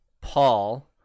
Paul